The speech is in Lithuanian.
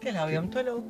keliaujam toliau